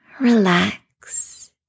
Relax